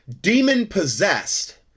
demon-possessed